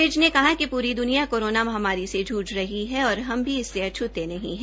विज ने कहा कि प्री द्निया कोरोना माहामारी से जूझ रही है और हम भी इससे अछूते नही हैं